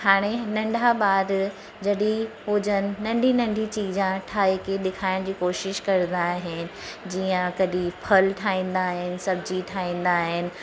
हाणे नंढा ॿार जॾहिं हू जन नंढी नंढी चीजा ठाहे करे ॾेखारण जी कोशिश कंदा आहिनि जीअं कॾहिं फल ठाहींदा आहिनि सब्जी ठाहींदा आहिनि